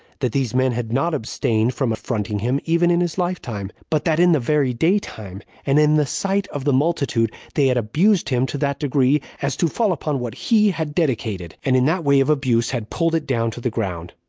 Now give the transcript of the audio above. that these men had not abstained from affronting him, even in his lifetime, but that in the very day time, and in the sight of the multitude, they had abused him to that degree, as to fall upon what he had dedicated, and in that way of abuse had pulled it down to the ground.